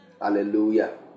hallelujah